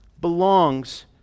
belongs